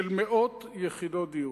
של מאות יחידות דיור.